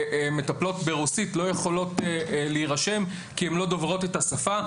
מטפלות ברוסית לא יכולות להירשם כי הן לא דוברות את השפה,